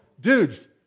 Dudes